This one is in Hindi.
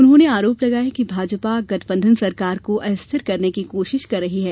उन्होंने आरोप लगाया कि भाजपा गठबंधन सरकार को अस्थिर करने की कोशिश कर रही है